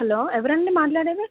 hello ఎవరండి మాట్లాడేది